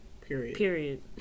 Period